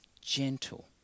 Gentle